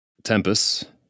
Tempest